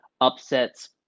upsets